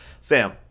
Sam